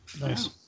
Nice